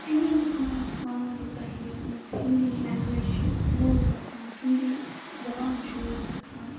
Indians منٛز وَنو بہٕ تۄہہِ یَتھ منٛز ہِندی لینٛگویج چھِ یوٗز گَژھان ہِندی زَبان چھُ یوٗز گَژھان